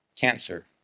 cancer